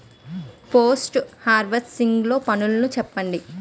Post harvesting లో పనులను చెప్పండి?